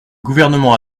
gouvernement